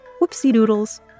Whoopsie-doodles